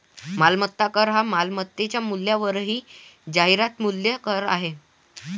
मालमत्ता कर हा मालमत्तेच्या मूल्यावरील जाहिरात मूल्य कर आहे